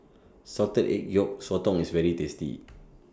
Salted Egg Yolk Sotong IS very tasty